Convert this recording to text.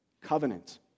covenant